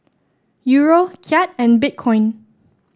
Euro Kyat and Bitcoin